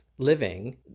living